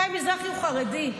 חיים מזרחי הוא חרדי,